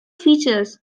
features